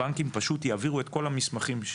הבנקים פשוט יעבירו את כל המסמכים.